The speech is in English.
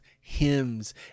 hymns